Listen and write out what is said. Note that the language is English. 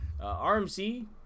RMC